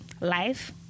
life